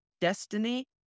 destiny